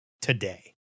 today